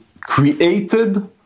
created